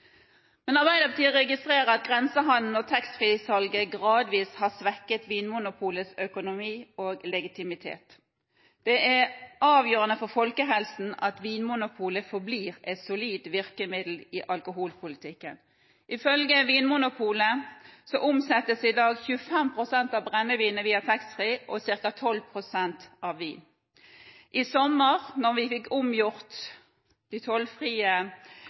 Men Arbeiderpartiet registrerer at grensehandel og taxfree-salget gradvis har svekket Vinmonopolets økonomi og legitimitet. Det er avgjørende for folkehelsen at Vinmonopolet forblir et solid virkemiddel i alkoholpolitikken. Ifølge Vinmonopolet omsettes i dag 25 pst. av brennevinet og ca. 12 pst. av vinen via taxfree-salget. I sommer fikk vi omgjort den tollfrie